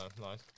nice